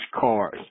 cars